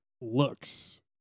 looks